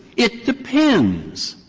it depends.